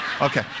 Okay